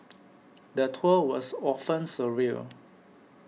the tour was often surreal